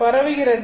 பரவுகிறது